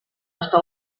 està